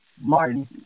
Martin